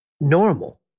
normal